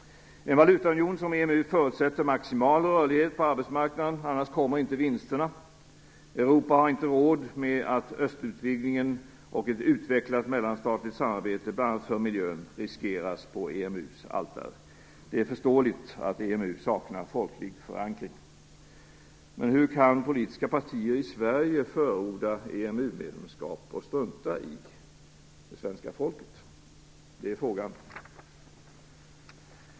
En valutaunion som EMU förutsätter maximal rörlighet på arbetsmarknaden. Annars kommer inte vinsterna. Europa har inte råd med att östutvidgningen och ett utvecklat mellanstatligt samarbete, bl.a. för miljön, riskeras att offras på EMU:s altare. Det är förståeligt att EMU saknar folklig förankring. Men hur kan politiska partier i Sverige förorda EMU medlemskap och strunta i det svenska folket? Det är frågan.